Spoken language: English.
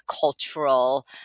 cultural